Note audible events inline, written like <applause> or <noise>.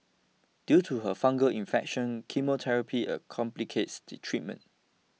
due to her fungal infection chemotherapy <hesitation> complicates the treatment